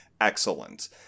Excellent